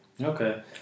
Okay